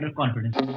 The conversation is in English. confidence